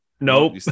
Nope